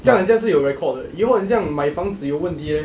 这样人家是有 record 的以后很像买房子有问题 eh